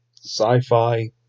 sci-fi